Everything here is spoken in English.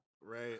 Right